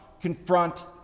confront